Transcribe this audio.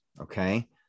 Okay